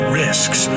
risks